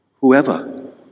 Whoever